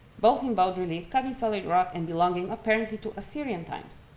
both in bold relief, cut in solid rock and belonging apparently to assyrian times.